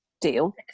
deal